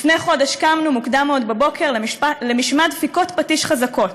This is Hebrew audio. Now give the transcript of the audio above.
לפני חודש קמנו מוקדם מאוד בבוקר למשמע דפיקות פטיש חזקות.